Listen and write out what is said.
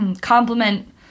compliment